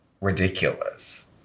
ridiculous